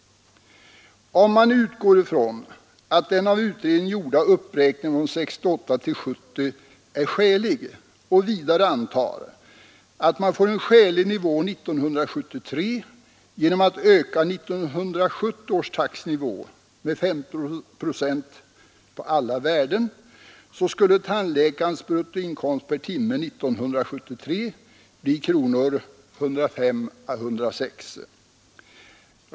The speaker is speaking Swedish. Om man utgår ifrån att den av utredningen gjorda uppräkningen från 1968 till 1970 är skälig och vidare antar att man får en skälig nivå 1973 genom att öka 1970 års taxenivå med 15 procent på alla värden, så skulle tandläkarens bruttoinkomst per timme 1973 bli 105 å 106 kronor.